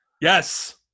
Yes